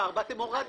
הציבורית.